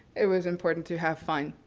it was important to have fun.